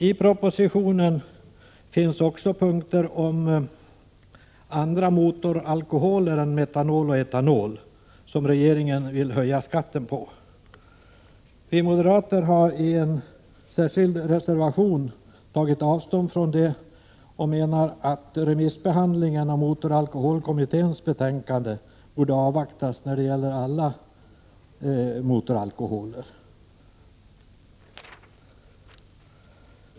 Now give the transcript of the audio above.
I propositionen finns också punkter om andra motoralkoholer än metanol och etanol, som regeringen vill höja skatten på. Vi moderater har i en särskild reservation tagit avstånd från det och menar att remissbehandlingen av motoralkoholkommitténs betänkande borde avvaktas när det gäller alla motoralkoholer.